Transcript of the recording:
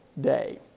day